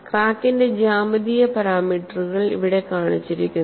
ക്രാക്കിന്റെ ജ്യാമിതീയ പാരാമീറ്ററുകൾ ഇവിടെ കാണിച്ചിരിക്കുന്നു